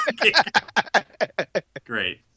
great